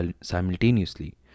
simultaneously